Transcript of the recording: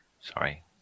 Sorry